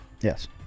yes